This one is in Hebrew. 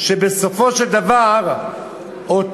ובסופו של דבר אותו